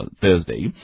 Thursday